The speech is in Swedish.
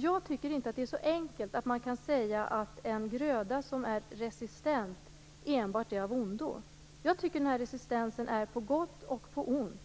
Jag tycker inte att det är så enkelt att man kan säga att det enbart är av ondo med en gröda som är resistent. Resistensen är på gott och ont.